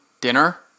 dinner